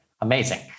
Amazing